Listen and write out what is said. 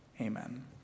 Amen